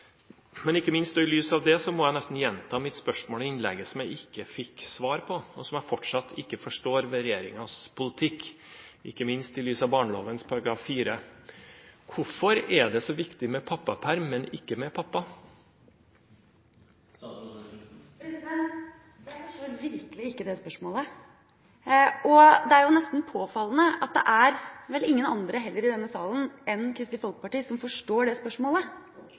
Ikke minst i lys av det må jeg gjenta mitt spørsmål i innlegget som jeg ikke fikk svar på, om det som jeg fortsatt ikke forstår ved regjeringen politikk, ikke minst i lys av barneloven § 4: Hvorfor er det så viktig med pappaperm, men ikke med pappa? Jeg forstår virkelig ikke det spørsmålet. Det er nesten påfallende at det heller ikke er noen andre i denne salen enn Kristelig Folkeparti som forstår det spørsmålet.